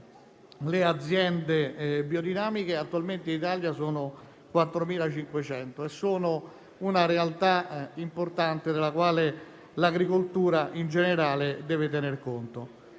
le aziende biodinamiche attualmente in Italia sono 4.500 e rappresentano una realtà importante, della quale l'agricoltura in generale deve tener conto.